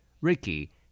Ricky